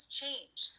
change